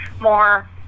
more